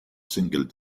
singled